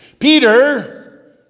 Peter